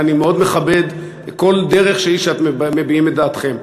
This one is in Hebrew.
ואני מאוד מכבד כל דרך שהיא שאתם מביעים בה את דעתכם,